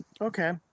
Okay